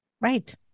Right